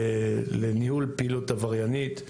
לניהול פעילות עבריינית,